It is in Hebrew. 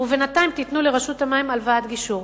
ובינתיים תיתנו לרשות המים הלוואת גישור.